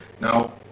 now